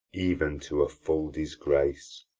even to a full disgrace.